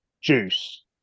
juice